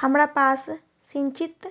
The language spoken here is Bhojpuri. हमरा पास सिंचित